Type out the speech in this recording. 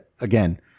again